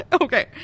Okay